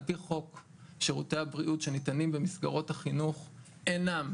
על פי חוק שירותי הבריאות שניתנים במסגרות החינוך אינם